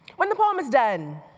when the poem is done.